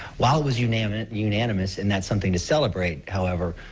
while it was unanimous unanimous and that's something to celebrate, however,